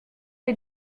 les